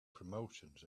promotions